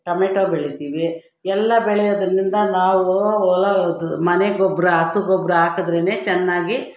tomato ಬೆಳಿತೀವಿ ಎಲ್ಲ ಬೆಳೆಯೋದ್ರಿಂದ ನಾವು ಹೊಲ ಅದು ಮನೆ ಗೊಬ್ಬರ ಹಸು ಗೊಬ್ಬರ ಹಾಕಿದ್ರೇನೇ ಚೆನ್ನಾಗಿ